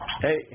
Hey